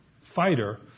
fighter